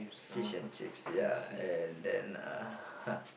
fish and chips yeah and then uh ha